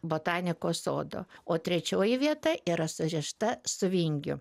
botanikos sodo o trečioji vieta yra surišta su vingiu